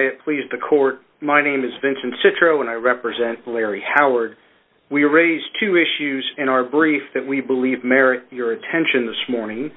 i please the court my name is vincent citroen i represent larry howard we raised two issues in our brief that we believe merit your attention this morning